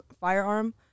firearm